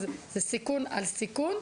אז זה סיכון על סיכון,